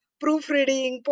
proofreading